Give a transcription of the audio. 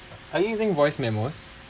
are you using voice memos